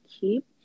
keep